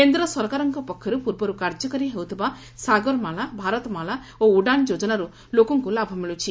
କେନ୍ଦ ସରକାରଙ୍ ପକ୍ଷରୁ ପୂର୍ବରୁ କାର୍ଯ୍ୟକାରୀ ହେଉଥିବା ସାଗରମାଳା ଭାରତମାଳା ଓ ଉଡାନ୍ ଯୋଜନାରୁ ଲୋକଙ୍କୁ ଲାଭ ମିଳୁଛି